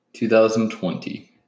2020